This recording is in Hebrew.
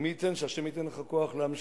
ומי ייתן שה' ייתן לך כוח להמשיך